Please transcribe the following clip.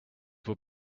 were